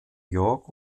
york